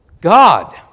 God